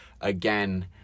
again